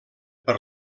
per